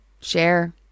Share